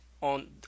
on